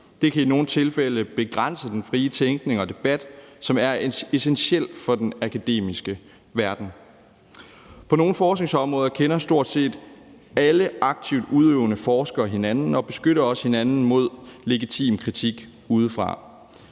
Det kan i nogle tilfælde begrænse den frie tænkning og debat, som er essentiel for den akademiske verden. På nogle forskningsområder kender stort set alle aktivt udøvende forskere hinanden og beskytter også hinanden mod legitim kritik udefra.